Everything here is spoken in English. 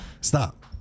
Stop